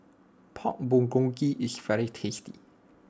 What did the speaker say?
Pork Bulgogi is very tasty